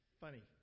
funny